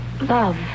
Love